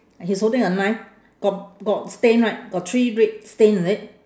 he's holding a knife got got stain right got three red stain is it